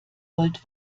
wollt